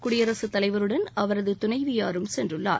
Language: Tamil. குடியரசுத்தலைவருடன் அவரது துணைவியாரும் சென்றுள்ளார்